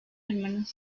hermanos